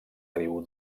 riu